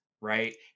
right